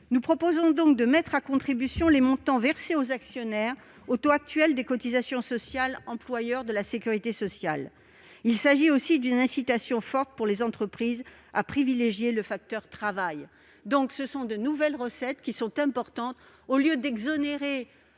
nous proposons donc de mettre à contribution les montants versés aux actionnaires aux taux actuels des cotisations sociales employeurs de la sécurité sociale. Il s'agit aussi d'une incitation forte pour les entreprises à privilégier le facteur travail. Mes chers collègues, ces nouvelles recettes sont importantes. Elles éviteraient